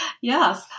Yes